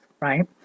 right